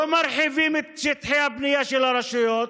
לא מרחיבים את שטחי הבנייה של הרשויות,